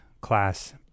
class